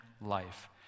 life